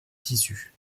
tissu